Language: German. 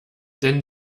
denn